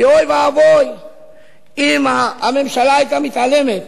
כי אוי ואבוי אם הממשלה היתה מתעלמת